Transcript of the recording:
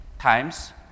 times